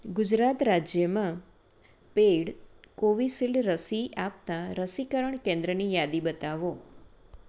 ગુજરાત રાજ્યમાં paid Covishield રસી આપતાં રસીકરણ કેન્દ્રની યાદી બતાવો